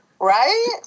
Right